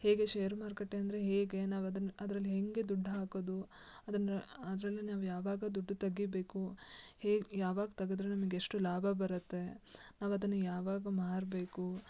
ಹೇಗೆ ಶೇರು ಮಾರುಕಟ್ಟೆ ಅಂದರೆ ಹೇಗೆ ನಾವು ಅದನ್ನು ಅದ್ರಲ್ಲಿ ಹೇಗೆ ದುಡ್ಡು ಹಾಕೋದು ಅದನ್ನು ಅದರಲ್ಲಿ ನಾವು ಯಾವಾಗ ದುಡ್ಡು ತೆಗೀಬೇಕು ಹೇಗೆ ಯಾವಾಗ ತೆಗೆದ್ರೆ ನಮ್ಗೆ ಎಷ್ಟು ಲಾಭ ಬರುತ್ತೆ ನಾವು ಅದನ್ನು ಯಾವಾಗ ಮಾರಬೇಕು